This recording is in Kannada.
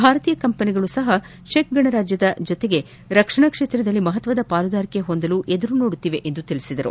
ಭಾರತೀಯ ಕಂಪೆನಿಗಳು ಸಹ ಚೆಕ್ ಗಣರಾಜ್ಯದ ಜತೆ ರಕ್ಷಣಾ ಕ್ಷೇತ್ರದಲ್ಲಿ ಮಹತ್ವದ ಪಾಲುದಾರಿಕೆ ಹೊಂದಲು ಎದುರು ನೋಡುತ್ತಿವೆ ಎಂದರು